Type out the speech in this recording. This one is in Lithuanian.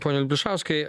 pone vilpišauskai